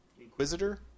Inquisitor